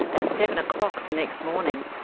at seven o'clock the next morning,